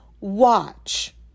watch